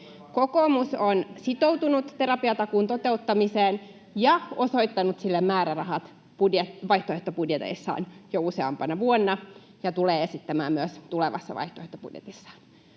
Kokoomus on sitoutunut terapiatakuun toteuttamiseen ja osoittanut sille määrärahat vaihtoehtobudjeteissaan jo useampana vuonna ja tulee esittämään myös tulevassa vaihtoehtobudjetissaan.